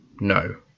no